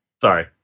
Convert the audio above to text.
Sorry